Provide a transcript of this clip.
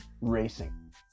racing